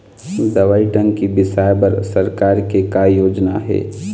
दवई टंकी बिसाए बर सरकार के का योजना हे?